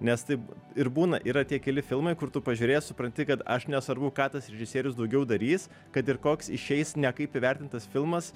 nes taip ir būna yra tie keli filmai kur tu pažiūrėjęs supranti kad aš nesvarbu ką tas režisierius daugiau darys kad ir koks išeis nekaip įvertintas filmas